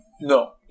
No